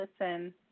listen